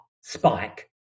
spike